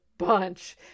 Bunch